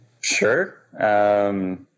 Sure